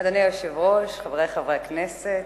אדוני היושב-ראש, חברי חברי הכנסת,